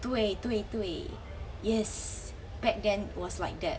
对对对 yes back then was like that